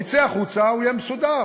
הוא יֵצא החוצה, הוא יהיה מסודר.